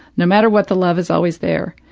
no matter what, the love is always there.